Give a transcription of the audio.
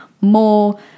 more